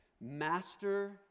Master